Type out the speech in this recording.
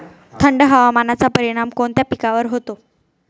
थंड हवामानाचा परिणाम कोणत्या पिकावर होतो?